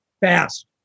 fast